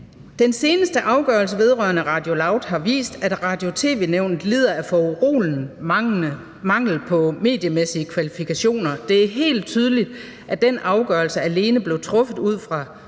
Den seneste afgørelse vedrørende Radio LOUD har vist, at Radio- og tv-nævnet lider af foruroligende mangel på mediemæssige kvalifikationer. Det er helt tydeligt, at den afgørelse alene blev truffet ud fra